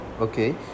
okay